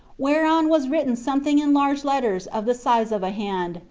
whereon was written something in large letters of the size of a hand,